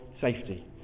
safety